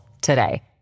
today